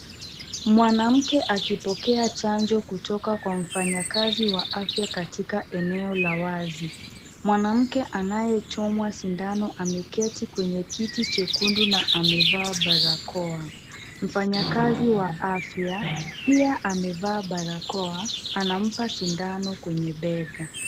Mwanamke akipokea chanjo kutoka kwa mfanyakazi wa afya katika eneo la wazi. Mwanamke anayechomwa sindano ameketi kwenye kiti chekundu na amevaa barakoa. Mfanyakazi wa afya pia amevaa barakoa anampa sindano kwenye bega.